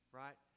right